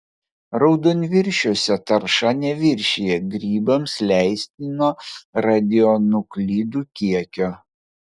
raudonviršiuose tarša neviršija grybams leistino radionuklidų kiekio